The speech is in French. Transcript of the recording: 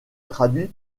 traduit